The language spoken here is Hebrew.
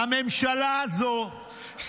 הממשלה הזו,